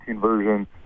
version